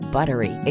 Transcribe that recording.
Buttery